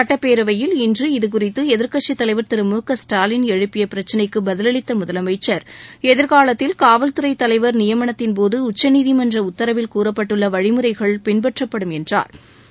சுட்டப்பேரவையில் இன்று இதுகுறித்து எதிர்க்கட்சித் தலைவர் திரு மு க ஸ்டாலின் எழுப்பிய பிரச்சினைக்கு பதில் அளித்த முதலமைச்சர் எதிர்காலத்தில் காவல்துறை தலைவர் நியமனத்தின்போது உச்சநீதிமன்ற உத்தரவில் கூறப்பட்டுள்ள வழிமுறைகள் பின்பற்றப்படும் என்றா்